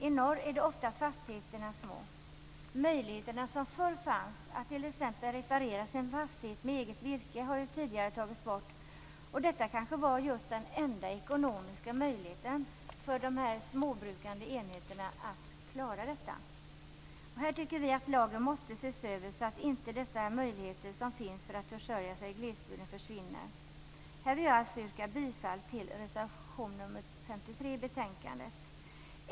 I norr är ofta fastigheterna små. De möjligheter som förr fanns att t.ex. reparera sin egen fastighet med eget virke har tagits bort. Detta kanske var den enda ekonomiska möjligheten för dessa småbrukande enheter att klara sig. Här tycker vi att lagen måste ses över så att inte de möjligheter som finns att försörja sig i glesbygden försvinner. Här vill jag yrka bifall till reservation nr 53 till betänkandet.